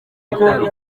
bitaro